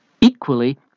Equally